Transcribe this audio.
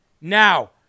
Now